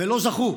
ולא זכו,